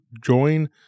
join